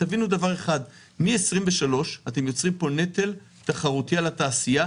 תבינו דבר אחד: מ-2023 אתם יוצרים פה נטל תחרותי על התעשייה,